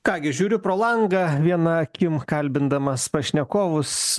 ką gi žiūriu pro langą viena akim kalbindamas pašnekovus